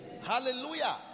Hallelujah